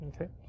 okay